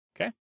Okay